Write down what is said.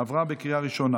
עברה בקריאה ראשונה